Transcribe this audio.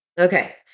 Okay